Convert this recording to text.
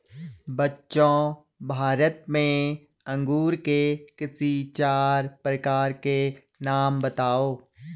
बच्चों भारत में अंगूर के किसी चार प्रकार के नाम बताओ?